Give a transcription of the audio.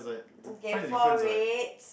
okay four reds